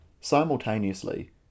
Simultaneously